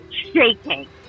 shaking